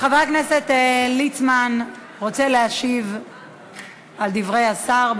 חבר הכנסת ליצמן רוצה להשיב על דברי השר.